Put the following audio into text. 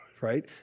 right